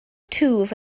twf